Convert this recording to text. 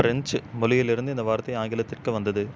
French மொழியிலிருந்து இந்த வார்த்தை ஆங்கிலத்திற்கு வந்தது